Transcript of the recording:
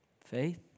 faith